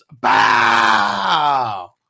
Bow